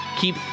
Keep